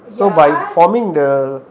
so by forming the